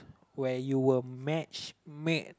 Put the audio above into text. where you were matchmade